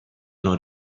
non